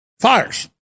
fires